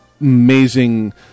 amazing